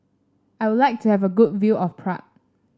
I would like to have a good view of Prague